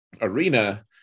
Arena